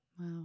Wow